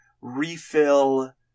refill